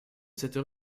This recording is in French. cette